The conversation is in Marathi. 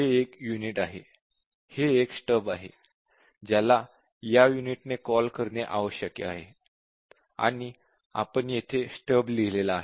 हे एक युनिट आहे हे एक स्टब आहे ज्याला या युनिटने कॉल करणे आवश्यक आहे आणि आपण येथे स्टब लिहिलेला आहे